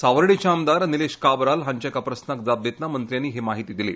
सावर्डेचे आमदार निलेश काब्राल हांच्या एका प्रस्नाक जाप दितना मंत्र्यांन ही म्हायती दिली